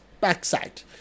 backside